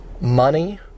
money